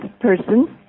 person